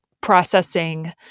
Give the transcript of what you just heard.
processing